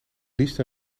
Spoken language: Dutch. liefst